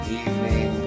evening